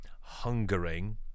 hungering